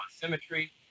symmetry